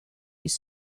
his